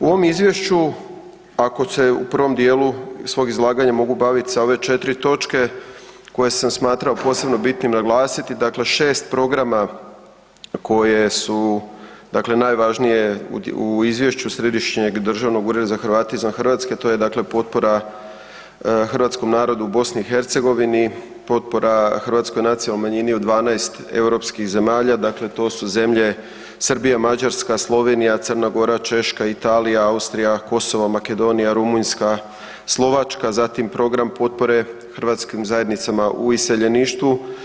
U ovom Izvješću, ako se u prvom dijelu svog izlaganja mogu baviti sa ove 4 točke koje sam smatrao posebno bitnim naglasiti, dakle 6 programa koje su dakle najvažnije u Izvješću Središnjeg državnog ureda za Hrvate izvan RH, to je dakle potpora hrvatskom narodu u BiH, potpora hrvatskoj nacionalnoj manjini od 12 europskih zemalja, dakle to su zemlje Srbija, Mađarska, Slovenija, Crna Gora, Češka, Italija, Austrija, Kosovo, Makedonija, Rumunjska, Slovačka, zatim program potpore hrvatskim zajednicama u iseljeništvu.